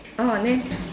orh then